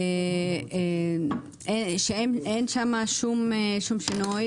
שאין שם שום שינוי.